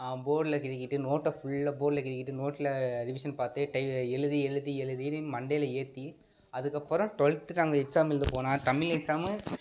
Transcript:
போர்டில் கிறுக்கிட்டு நோட்டு ஃபுல்லாக போர்டில் கிறுக்கிட்டு நோட்டில் ரிவிஷன் பார்த்து டை எழுதி எழுதி எலுதி மண்டையில் ஏற்றி அதுக்கப்புறம் டுவல்த்து நாங்கள் எக்ஸாம் எழுதப் போனால் தமிழ் எக்ஸாமு